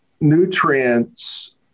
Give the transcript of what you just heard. nutrients